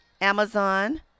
Amazon